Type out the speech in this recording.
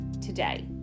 today